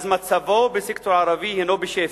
אז מצבו בסקטור הערבי הוא בשפל.